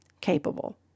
capable